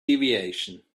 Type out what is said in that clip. deviation